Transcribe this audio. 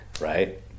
right